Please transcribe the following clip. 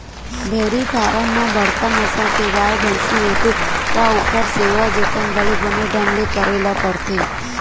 dairy farm म बड़का नसल के गाय, भइसी होथे त ओखर सेवा जतन घलो बने ढंग ले करे ल परथे